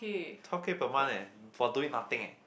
twelve K per month eh for doing nothing eh